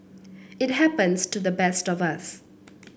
it happens to the best of us